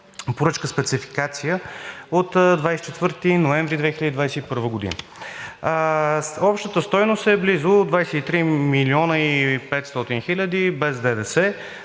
поръчка – спецификация, от 24 ноември 2021 г. Общата стойност е близо 23 млн. 500 хиляди без ДДС